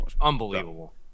Unbelievable